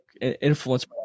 influence